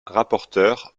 rapporteur